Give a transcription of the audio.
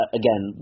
again